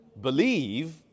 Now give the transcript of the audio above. Believe